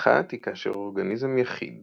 האחת היא כאשר אורגניזם יחיד